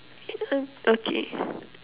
okay